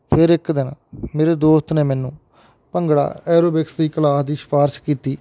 ਫਿਰ ਇੱਕ ਦਿਨ ਮੇਰੇ ਦੋਸਤ ਨੇ ਮੈਨੂੰ ਭੰਗੜਾ ਐਰੋਬਿਕਸ ਦੀ ਕਲਾਸ ਦੀ ਸਿਫਾਰਿਸ਼ ਕੀਤੀ